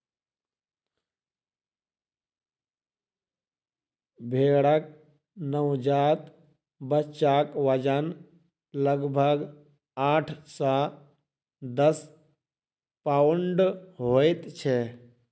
भेंड़क नवजात बच्चाक वजन लगभग आठ सॅ दस पाउण्ड होइत छै